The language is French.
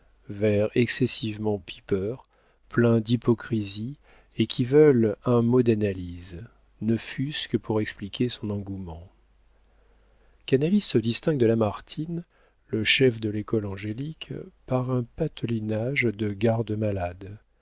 pipeurs pleins d'hypocrisie et qui veulent un mot d'analyse ne fût-ce que pour expliquer son engouement canalis se distingue de lamartine le chef de l'école angélique par un patelinage de garde-malade